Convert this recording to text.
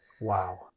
wow